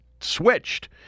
switched